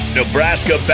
Nebraska